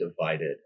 divided